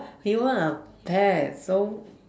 you ah pet so